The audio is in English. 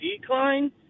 decline